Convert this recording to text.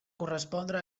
correspondre